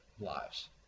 lives